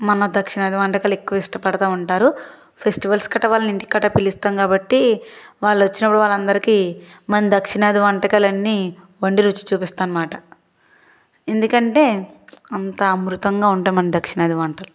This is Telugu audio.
మన దక్షిణాది వంటకాలు ఎక్కువ ఇష్టపడతా ఉంటారు ఫెస్టివల్స్ కట్ట వాళ్ళ ఇంటి కట్ట పిలుస్తాం కాబట్టి వాళ్ళు వచ్చినప్పుడు వాళ్ల అందరికీ మన దక్షిణాది వంటకాలు అన్ని వండి రుచి చూపిస్తామాట ఎందుకంటే అంత అమృతంగా ఉంటాయి మన దక్షిణాది వంటలు